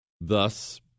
Thus